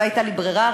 לא הייתה לי ברירה.